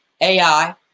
AI